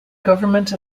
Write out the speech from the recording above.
government